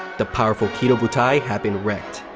the powerful kido butai had been wrecked.